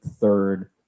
third